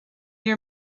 your